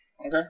Okay